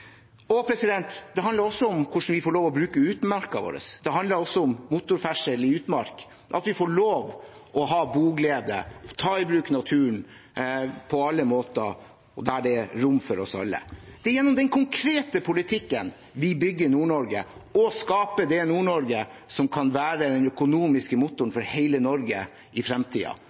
Det handler også om hvordan vi får lov til å bruke utmarka vår. Det handler om motorferdsel i utmarka, at vi får lov til å ha boglede og ta i bruk naturen på alle måter, der det er rom for oss alle. Det er gjennom den konkrete politikken vi bygger Nord-Norge og skaper det Nord-Norge som kan være den økonomiske motoren for hele Norge i